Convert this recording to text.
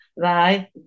Right